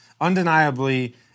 undeniably